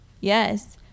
Yes